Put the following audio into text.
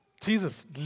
Jesus